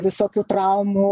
visokių traumų